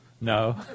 No